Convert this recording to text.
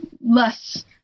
less